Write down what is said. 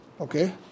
Okay